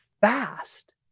fast